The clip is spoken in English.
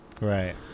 Right